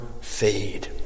fade